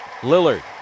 Lillard